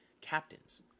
captains